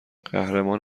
قهرمان